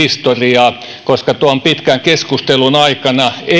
pöytäkirjoja historiaa koska tuon pitkän keskustelun aikana olin